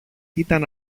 ήταν